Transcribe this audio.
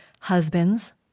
Husbands